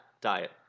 diet